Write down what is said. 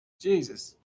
Jesus